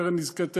קרן נזקי טבע,